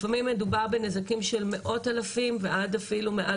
לפעמים מדובר בנזקים של מאות אלפים ועד אפילו מעל